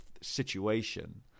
situation